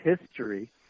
history